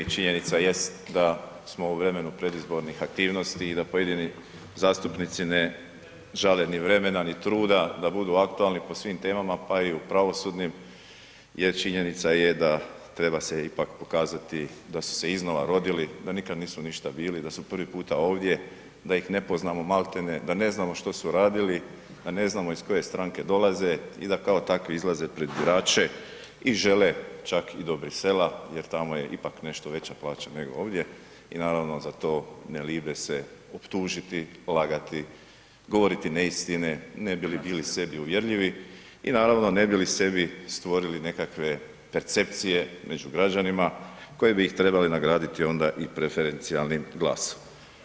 Činjenica jest da smo u vremenu predizbornih aktivnosti i da pojedini zastupnici ne žale ni vremena ni truda da budu aktualni po svim temama, pa i u pravosudnim jer činjenica je da treba se ipak pokazati da su se iznova rodili, da nikad nisu ništa bili, da su prvi puta ovdje, da ih ne poznamo, maltene da ne znamo što su radili, da ne znamo iz koje stranke dolaze i da kao takvi izlaze pred birače i žele čak i do Bruxellesa jer tamo je ipak nešto veća plaća nego ovdje i naravno, za to ne libe se optužiti, lagati, govoriti neistine ne bi li bili sebi uvjerljivi i naravno, ne bi li sebi stvorili nekakve percepcije među građanima koje bi ih trebali nagraditi onda i preferencijalnim glasovima.